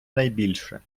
найбільше